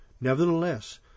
Nevertheless